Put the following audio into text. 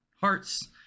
hearts